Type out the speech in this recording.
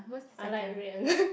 I like rui-en